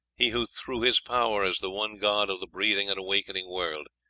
he who through his power is the one god of the breathing and awakening world.